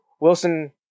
Wilson